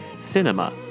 Cinema